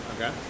Okay